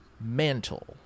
mantle